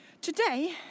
Today